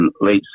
late